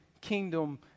kingdom